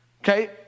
Okay